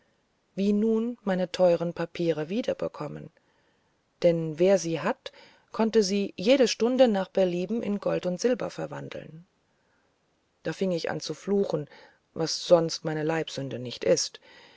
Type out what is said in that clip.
wie nun meine teuern papiere wieder bekommen denn wer sie hatte konnte sie jede stunde nach belieben in gold oder silber verwandeln da fing ich an zu fluchen was sonst meine leibsünde nicht ist